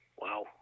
Wow